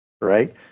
Right